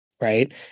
right